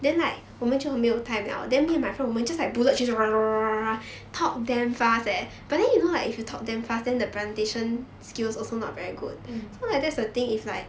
mm